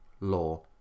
law